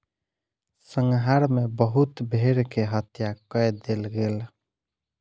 संहार मे बहुत भेड़ के हत्या कय देल गेल